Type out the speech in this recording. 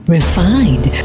Refined